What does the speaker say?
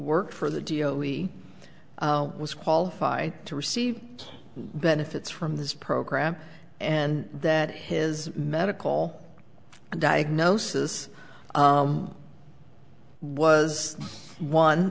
worked for the dio he was qualified to receive benefits from this program and that his medical diagnosis was one